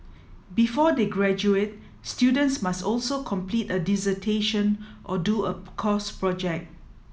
before they graduate students must also complete a dissertation or do a course project